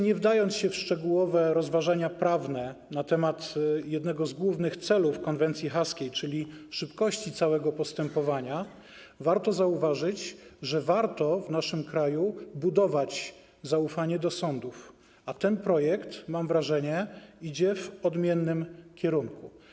Nie wdając się w szczegółowe rozważania prawne na temat jednego z głównych celów konwencji haskiej, czyli szybkości całego postępowania, należy zauważyć, że warto w naszym kraju budować zaufanie do sądów, a ten projekt, mam wrażenie, idzie w odmiennym kierunku.